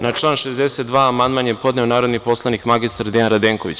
Na član 62. amandman je podneo narodni poslanik magistar Dejan Radenković.